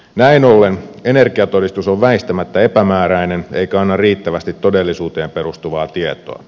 näin ollen energiatodistus on väistämättä epämääräinen eikä anna riittävästi todellisuuteen perustuvaa tietoa